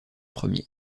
premier